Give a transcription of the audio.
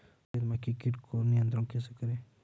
सफेद मक्खी कीट को नियंत्रण कैसे करें?